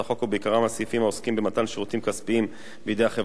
ובעיקרם הסעיפים העוסקים במתן השירותים הכספיים בידי החברה הבת,